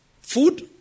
food